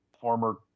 former